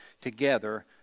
together